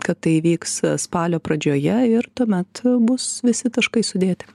kad tai įvyks spalio pradžioje ir tuomet bus visi taškai sudėti